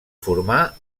formar